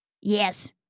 Yes